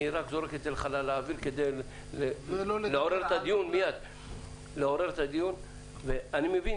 אני רק זורק את זה לחלל האוויר כדי לעורר את הדיון ואני מבין